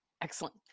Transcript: Excellent